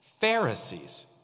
Pharisees